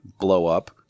blow-up